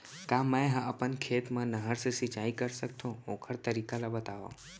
का मै ह अपन खेत मा नहर से सिंचाई कर सकथो, ओखर तरीका ला बतावव?